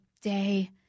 day